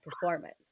performance